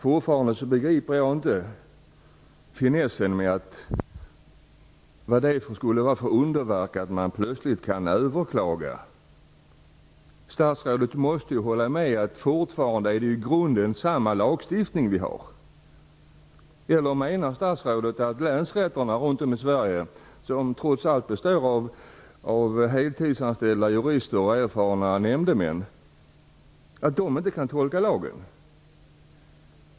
Jag begriper fortfarande inte vad det skulle vara för underverk att länsstyrelserna plötsligt kan överklaga. Statsrådet måste hålla med om att det i grunden fortfarande är samma lagstiftning. Eller menar statsrådet att länsrätterna runt om i Sverige, som trots allt består av heltidsanställda jurister och erfarna nämndemän, inte kan tolka lagen?